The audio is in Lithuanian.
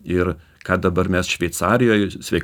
ir ką dabar mes šveicarijoj sveikatos